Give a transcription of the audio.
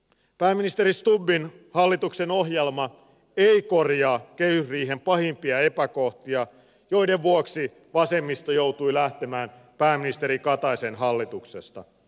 pääministeri stubbin hallituksen ohjelma ei korjaa kehysriihen pahimpia epäkohtia joiden vuoksi vasemmisto joutui lähtemään pääministeri kataisen hallituksesta